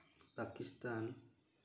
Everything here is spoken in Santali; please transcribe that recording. ᱯᱟᱠᱤᱥᱛᱷᱟᱱ